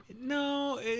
No